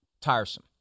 tiresome